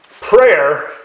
Prayer